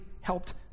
helped